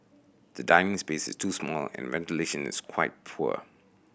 the dining space is too small and ventilation is quite poor